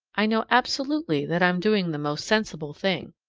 i know absolutely that i'm doing the most sensible thing.